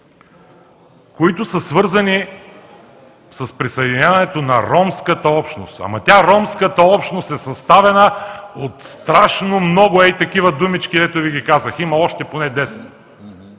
които са свързани с присъединяването на ромската общност. Тя, ромската общност е съставена от страшно много ей такива думички, дето Ви ги казах. Има още поне